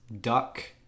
Duck